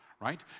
right